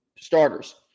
starters